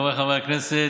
חבריי חברי הכנסת,